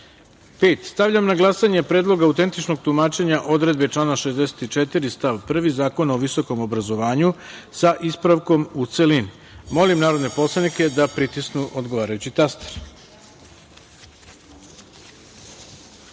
reda. Stavljam na glasanje Predlog autentičnog tumačenja odredbe člana 64. stav 1. Zakona o visokom obrazovanju, sa ispravkom u celini. Molim narodne poslanike da pritisnu odgovarajući